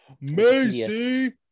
Macy